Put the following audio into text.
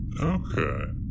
Okay